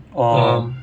oh